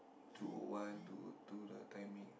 two O one to to the timing